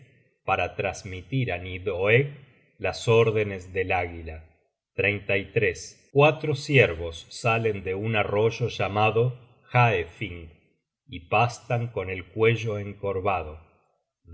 para trasmitir á nidhoegg las órdenes del águila cuatro ciervos salen de un arroyo llamado haefing y pastan con el cuello encorvado